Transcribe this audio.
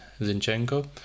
zinchenko